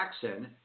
Jackson